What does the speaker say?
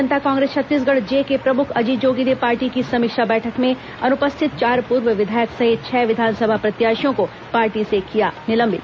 जनता Congress Chhattisgarh J के प्रमुख अजीत जोगी ने पार्टी की समीक्षा बैठक में अनुपस्थित चार पूर्व विधायक सहित छह विधानसभा प्रत्याशियों को पार्टी से किया निलंबित